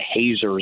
hazers